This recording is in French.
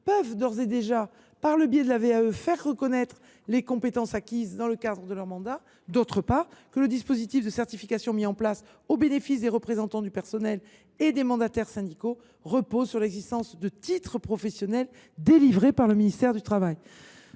peuvent d’ores et déjà faire reconnaître par le biais de la VAE les compétences acquises dans le cadre de leur mandat, d’autre part, que le dispositif de certification mis en place au bénéfice des représentants du personnel et des mandataires syndicaux repose sur l’existence de titres professionnels délivrés par le ministère du travail.